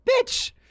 bitch